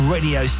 Radio